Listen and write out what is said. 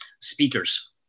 speakers